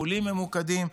טיפולים ממוקדים,